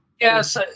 yes